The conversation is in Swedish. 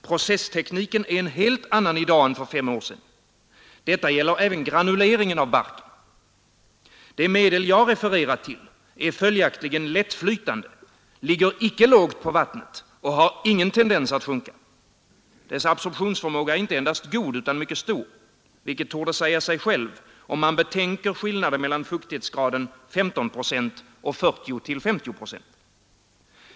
Processtekniken är en helt annan i dag än för fem år sedan. Detta gäller även granuleringen av barken. Det medel jag refererat till är följaktligen lättflytande, ligger icke lågt i vattnet och har ingen tendens att sjunka. Dess absorbtionsförmåga är inte endast god utan mycket stor, vilket borde säga sig självt, om man betänker skillnaden mellan fuktighetsgraden 15 procent och 40—50 procent.